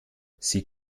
sie